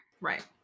Right